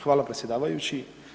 Hvala predsjedavajući.